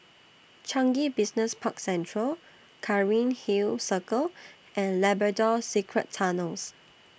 Changi Business Park Central Cairnhill Circle and Labrador Secret Tunnels